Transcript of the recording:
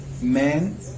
men